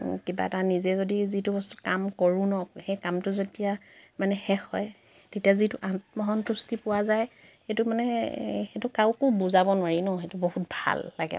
ও কিবা এটা নিজে যদি যিটো বস্তু কাম কৰোঁ ন' সেই কামটো যেতিয়া মানে শেষ হয় তেতিয়া যিটো আত্মসন্তুষ্টি পোৱা যায় সেইটো মানে সেইটো কাকো বুজাব নোৱাৰি ন' সেইটো বহুত ভাল লাগে মানে